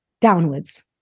downwards